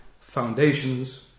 foundations